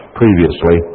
previously